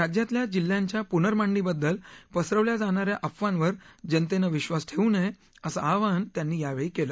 राज्यातल्या जिल्ह्यांच्या पुनर्मांडणीबद्दल पसरवल्या जाणा या अफवांवर जनतेनं विधास ठेवू नये असं आवाहन त्यांनी यावेळी केलं